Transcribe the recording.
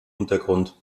untergrund